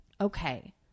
Okay